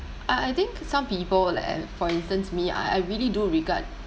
I I think some people li~ for instance me I I really do regard